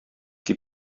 qui